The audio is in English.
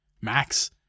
max